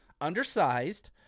Undersized